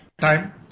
time